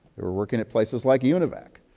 they were working at places like univac.